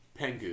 Pengu